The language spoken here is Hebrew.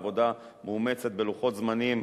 עבודה מאומצת בלוחות זמנים,